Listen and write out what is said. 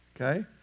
okay